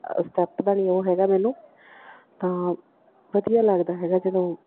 ਅ step ਦਾ ਨਹੀਂ ਉਹ ਹੈਗਾ ਮੈਨੂੰ ਤਾਂ ਵਧੀਆ ਲੱਗਦਾ ਹੈਗਾ ਜਦੋਂ